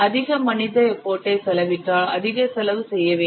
அதிக மனித எஃபர்ட் ஐ செலவிட்டால் அதிக செலவு செய்ய வேண்டும்